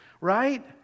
right